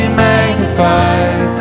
magnified